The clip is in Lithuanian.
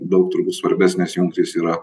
daug turbūt svarbesnės jungtys yra